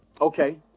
Okay